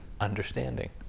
understanding